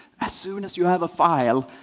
as soon as you have a file,